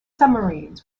submarines